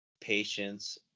patients